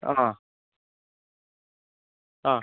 ആ ആ